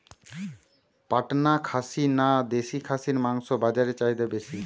পাটনা খাসি না দেশী খাসির মাংস বাজারে চাহিদা বেশি?